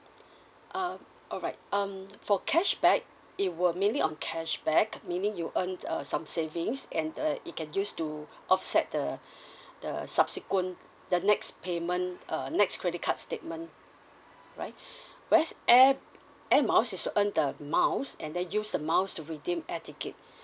um alright um for cashback it will mainly on cashback meaning you earn err some savings and the it can use to offset the the subsequent the next payment err next credit card statement right whereas air air miles is earn the miles and then use the miles to redeem air ticket